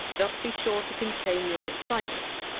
just be sure to contain your excitement.